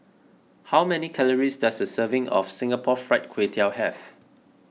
how many calories does a serving of Singapore Fried Kway Tiao have